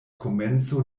komenco